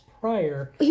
prior